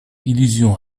illusion